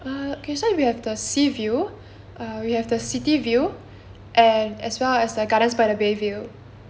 uh okay so we have the sea view uh we have the city view and as well as the gardens by the bay view